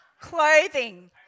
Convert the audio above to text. clothing